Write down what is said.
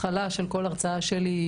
שבהתחלה של כל הרצאה שלי,